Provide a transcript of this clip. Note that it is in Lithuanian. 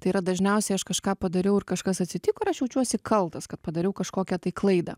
tai yra dažniausiai aš kažką padariau ir kažkas atsitiko ir aš jaučiuosi kaltas kad padariau kažkokią tai klaidą